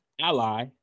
ally